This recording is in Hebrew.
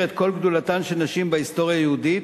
את כל גדולתן של נשים בהיסטוריה היהודית,